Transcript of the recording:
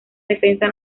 defensa